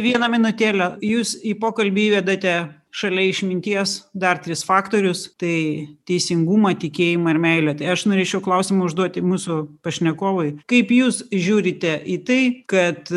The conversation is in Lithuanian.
vieną minutėlę jūs į pokalbį įvedate šalia išminties dar tris faktorius tai teisingumą tikėjimą ir meilę tai aš norėčiau klausimą užduoti mūsų pašnekovui kaip jūs žiūrite į tai kad